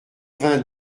vingt